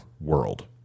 world